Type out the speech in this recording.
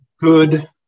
good